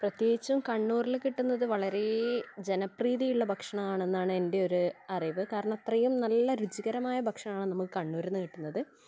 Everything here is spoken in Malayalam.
പ്രത്യേകിച്ചും കണ്ണൂരിൽ കിട്ടുന്നത് വളരെ ജനപ്രീതിയുള്ള ഭക്ഷണം ആണെന്നാണ് എൻ്റെ ഒരു അറിവ് കാരണം അത്രയും നല്ല രുചികരമായ ഭക്ഷണമാണ് നമുക്ക് കണ്ണൂരിൽ നിന്ന് കിട്ടുന്നത്